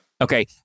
Okay